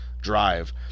Drive